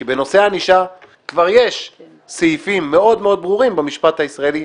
כי בנושא הענישה כבר יש סעיפים מאוד מאוד ברורים במשפט הישראלי,